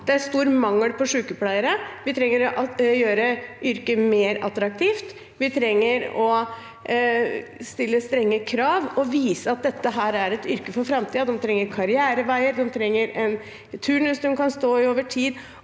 Det er stor mangel på sykepleiere. Vi trenger å gjøre yrket mer attraktivt. Vi trenger å stille strenge krav og vise at dette er et yrke for framtiden. De trenger karriereveier, de trenger en turnus de kan stå i over tid,